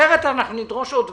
אחרת נדרוש עוד דברים.